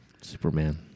Superman